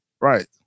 right